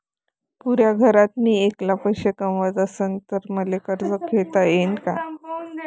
पुऱ्या घरात मी ऐकला पैसे कमवत असन तर मले कर्ज घेता येईन का?